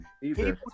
People